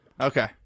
Okay